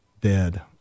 dead